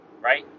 Right